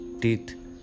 teeth